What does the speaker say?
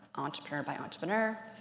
entrepreneur by entrepreneur,